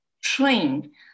train